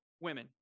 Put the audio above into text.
women